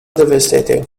devastating